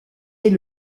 est